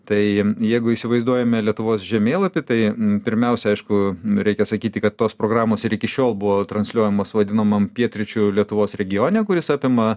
tai jeigu įsivaizduojame lietuvos žemėlapį tai pirmiausia aišku reikia sakyti kad tos programos ir iki šiol buvo transliuojamos vadinamam pietryčių lietuvos regione kuris apima